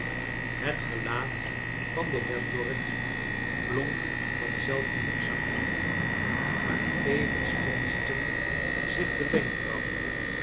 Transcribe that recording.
het gelaat van den heer dorrit blonk van zelfgenoegzaamheid maar tevens fronsten zich de wenkbrauwen